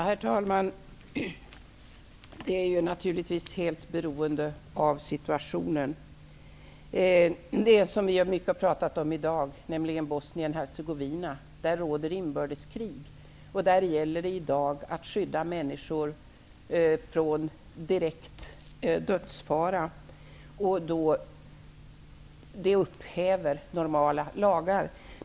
Herr talman! Det är naturligtvis helt beroende på situationen. I Bosnien-Hercegovina, som vi har pratat mycket om i dag, råder det inbördeskrig. Där gäller det i dag att skydda människor från direkt dödsfara. Det upphäver normala lagar.